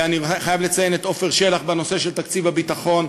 אני חייב לציין את עפר שלח בנושא של תקציב הביטחון,